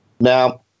now